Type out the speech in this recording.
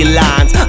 lines